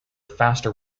faster